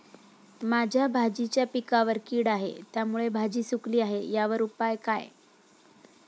माझ्या भाजीच्या पिकावर कीड आहे त्यामुळे भाजी सुकली आहे यावर काय उपाय?